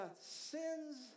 sins